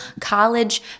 college